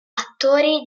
attori